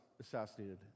assassinated